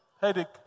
Headache